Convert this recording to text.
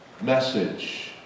message